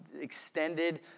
extended